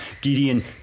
Gideon